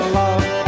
love